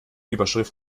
überschrift